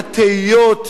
התהיות,